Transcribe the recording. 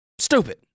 Stupid